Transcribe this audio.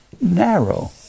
narrow